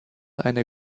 eine